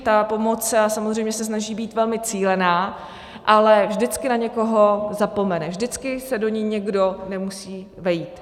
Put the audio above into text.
Ta pomoc se samozřejmě snaží být velmi cílená, ale vždycky na někoho zapomene, vždycky se do ní někdo nemusí vejít.